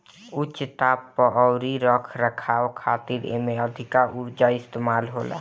उच्च ताप अउरी रख रखाव खातिर एमे अधिका उर्जा इस्तेमाल होला